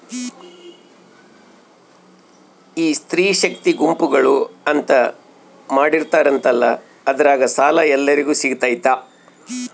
ಈ ಸ್ತ್ರೇ ಶಕ್ತಿ ಗುಂಪುಗಳು ಅಂತ ಮಾಡಿರ್ತಾರಂತಲ ಅದ್ರಾಗ ಸಾಲ ಎಲ್ಲರಿಗೂ ಸಿಗತೈತಾ?